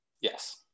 Yes